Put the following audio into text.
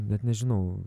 net nežinau